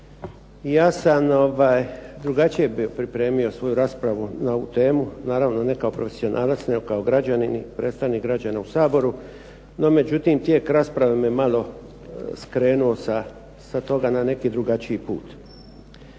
Ja sam drugačije bio pripremio svoju raspravu na ovu temu, naravno ne kao profesionalac, nego kao građanin i predstavnik građana u Saboru. No međutim tijek rasprave me malo skrenuo sa toga na neki drugačiji put.